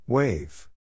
Wave